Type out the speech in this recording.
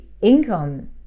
income